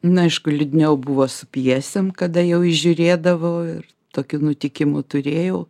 na aišku liūdniau buvo su pjesėm kada jau įžiūrėdavau ir tokių nutikimų turėjau